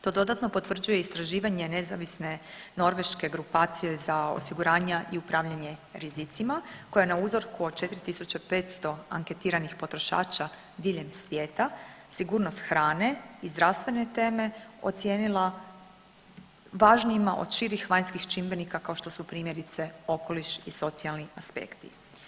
To dodatno potvrđuje istraživanje Nezavisne norveške grupacije za osiguranja i upravljanje rizicima koja je na uzorku od 4.500 anketiranih potrošača diljem svijeta sigurnost hrane i zdravstvene teme ocijenila važnijima od širih vanjskih čimbenika kao što su primjerice okoliš i socijalni aspekti.